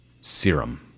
Serum